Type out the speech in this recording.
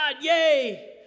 Yay